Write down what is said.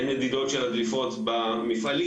הן מדידות של הדליפות במפעלים,